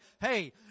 hey